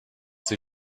sie